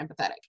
empathetic